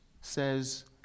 says